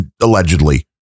allegedly